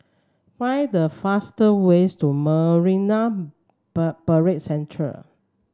find the faster ways to Marine Parade Central